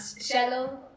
Shallow